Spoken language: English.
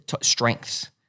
strengths